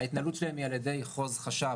ההתנהלות שלהם היא על ידי חו"ז חשב,